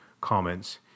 comments